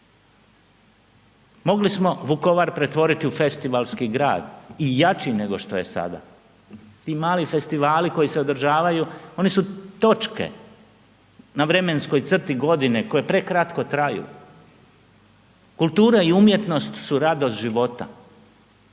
Mogli smo Vukovar pretvoriti u festivalski grad i jači nego što je sada. Ti mali festivali koji se održavaju, oni su točke na vremenskoj crti godine koji prekratko traju. Kultura i umjetnost su radost života.